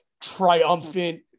triumphant